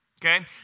Okay